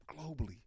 globally